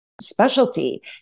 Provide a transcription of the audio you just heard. specialty